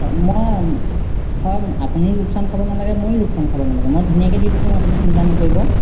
হয় মই হয় আপুনি লোকচান খাব নালাগে ময়ো লোকচান খাব নালাগে মই ধুনীয়াকৈ দি পঠিয়াম আপুনি চিন্তা নকৰিব